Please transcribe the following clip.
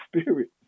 Spirit